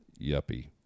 yuppie